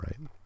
right